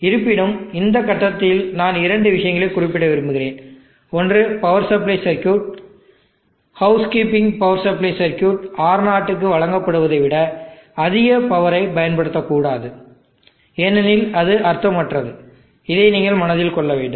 இருப்பினும் இந்த கட்டத்தில் நான் இரண்டு விஷயங்களை குறிப்பிட விரும்புகிறேன் ஒன்று power supply circuit house keeping power supply circuit R0 க்கு வழங்கப்படுவதை விட அதிக பவரை பயன்படுத்தக்கூடாது ஏனெனில் அது அர்த்தமற்றது இதை நீங்கள் மனதில் கொள்ள வேண்டும்